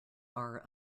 are